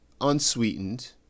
unsweetened